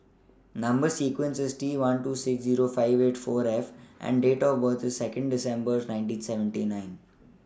Number sequence IS T one two six Zero five eight four F and Date of birth IS Second December nineteen seventy nine